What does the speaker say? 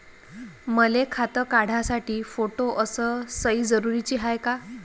मले खातं काढासाठी फोटो अस सयी जरुरीची हाय का?